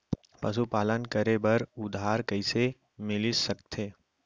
पशुपालन करे बर उधार कइसे मिलिस सकथे?